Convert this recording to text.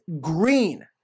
green